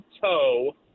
toe